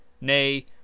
Nay